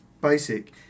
basic